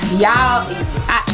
Y'all